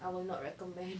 I will not recommend